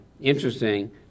interesting